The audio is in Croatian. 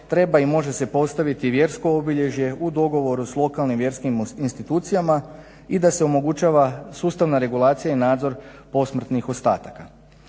treba i može se postaviti vjersko obilježje u dogovoru s lokalnim vjerskim institucijama i da se omogućava sustavna regulacija i nadzor posmrtnih ostataka.